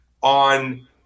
on